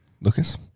Lucas